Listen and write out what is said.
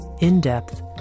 in-depth